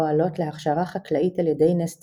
הפועלות להכשרה חקלאית על ידי נס ציונה",